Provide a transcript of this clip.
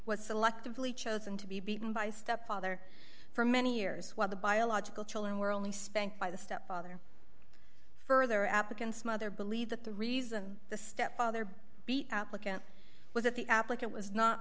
was selectively chosen to be beaten by stepfather for many years while the biological children were only spanked by the stepfather further applicants mother believe that the reason the stepfather beat applicant was that the applicant was not